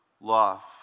love